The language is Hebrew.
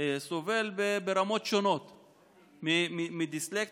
סובל ברמות שונות מדיסלקציה,